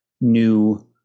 new